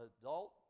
adult